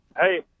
hey